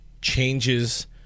changes